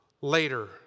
later